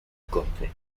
corte